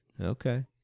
Okay